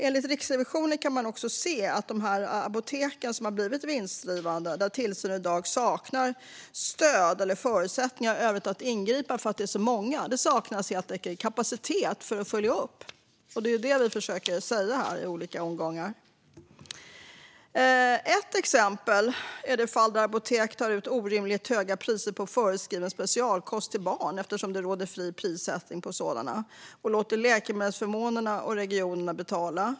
Enligt Riksrevisionen kan man också se att det inte finns stöd eller förutsättningar för att ingripa mot alla apotek som har blivit vinstdrivande och där tillsyn i dag saknas, eftersom de är så många. Det saknas helt enkelt kapacitet för att följa upp. Det är det vi försöker säga här i olika omgångar. Ett exempel är de fall där apotek tar ut orimligt höga priser på förskriven specialkost till barn, eftersom det råder fri prissättning på sådan, och låter läkemedelsförmånerna och regionerna betala.